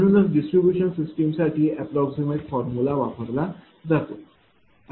म्हणूनच distribution system साठी formula फॉर्म्युला वापरला जातो